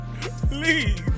please